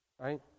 right